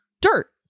dirt